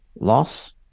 loss